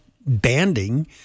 banding